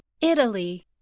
Italy